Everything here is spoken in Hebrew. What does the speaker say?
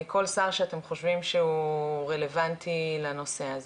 לכל שר שאתם חושבים שהוא רלוונטי לנושא הזה.